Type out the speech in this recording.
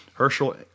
Herschel